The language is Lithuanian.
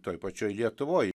toj pačioj lietuvoj